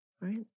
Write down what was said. right